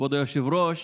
כבוד היושב-ראש,